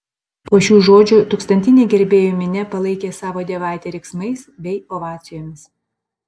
po šių žodžių tūkstantinė gerbėjų minia palaikė savo dievaitę riksmais bei ovacijomis